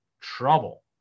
trouble